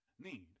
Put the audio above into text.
need